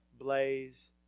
Blaze